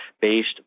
based